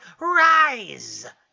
Rise